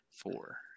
four